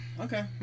okay